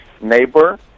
neighbor